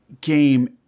game